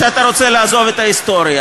שאתה רוצה לעזוב את ההיסטוריה.